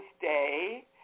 Day